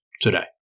today